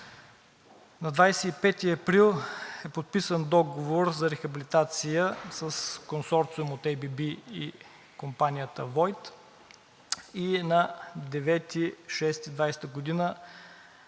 На 25 април е подписан договор за рехабилитация с Консорциум от АББ и компанията „Войт“ и на 9 юни 2020